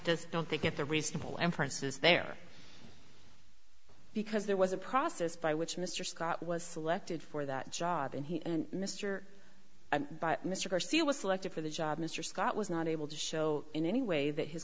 just don't they get the reasonable and princes there because there was a process by which mr scott was selected for that job and he and mr and mr garcia was selected for the job mr scott was not able to show in any way that his